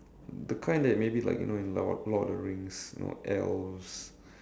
the kind that maybe like you know in lord lord of the rings you know elves